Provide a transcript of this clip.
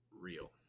real